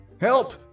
Help